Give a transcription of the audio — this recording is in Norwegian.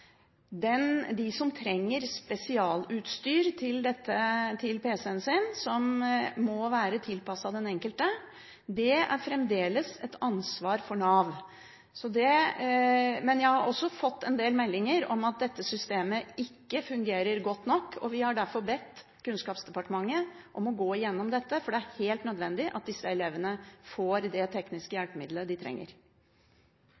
De som trenger spesialutstyr til pc-en sin som må være tilpasset den enkelte, er det fremdeles Nav som har ansvar for. Men jeg har også fått en del meldinger om at dette systemet ikke fungerer godt nok, og vi har derfor bedt Kunnskapsdepartementet om å gå igjennom dette. For det er helt nødvendig at disse elevene får de tekniske